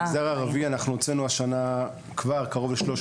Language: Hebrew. במגזר הערבי אנחנו הוצאנו השנה כבר קרוב ל-300